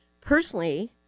personally